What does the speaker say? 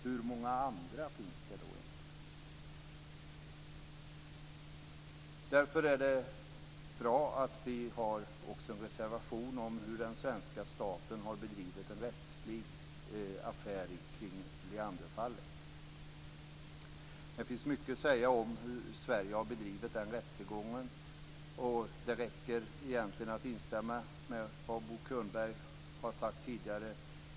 Hur många andra fall finns det då inte? Det är därför bra att vi har en reservation om hur den svenska staten har bedrivit en rättslig affär kring Leanderfallet. Det finns mycket att säga om hur Sverige har bedrivit den rättegången. Det räcker egentligen med att instämma i det som Bo Könberg har sagt tidigare.